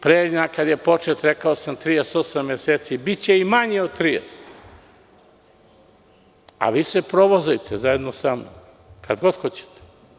Preljina kada je počela, rekao sam 38 meseci, biće i manje od 30, a vi se provozajte zajedno sa mnom kada god hoćete.